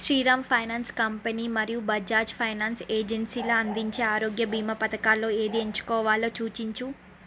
Sriram finance company మరియు Bajaj finance ఏజన్సీలు అందించే ఆరోగ్య బీమా పథకాలలో ఏది ఎంచుకోవాలో సూచించు